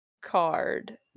card